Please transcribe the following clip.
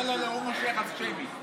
הם עושים שמית.